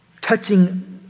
touching